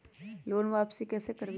Loan वापसी कैसे करबी?